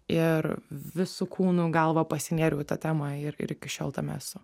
ir visu kūnu galva pasinėriau į tą temą ir ir iki šiol tame esu